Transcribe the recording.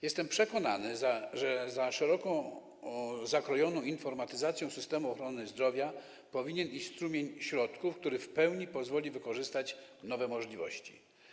Jestem przekonany, że za szeroko zakrojoną informatyzacją systemu ochrony zdrowia powinien iść strumień środków, który w pełni pozwoli wykorzystać nowe możliwości.